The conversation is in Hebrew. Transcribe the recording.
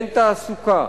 אין תעסוקה,